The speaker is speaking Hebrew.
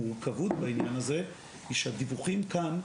המורכבות בעניין הזה היא שהדיווחים כאן,